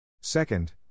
Second